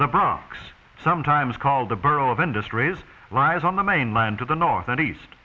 the bronx sometimes called the borough of industries lies on the mainland to the north